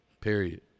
Period